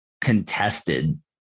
contested